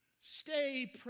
Stay